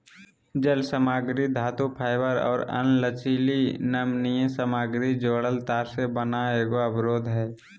जालसामग्री धातुफाइबर और अन्य लचीली नमनीय सामग्री जोड़ल तार से बना एगो अवरोध हइ